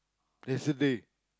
yesterday